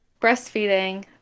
breastfeeding